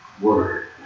word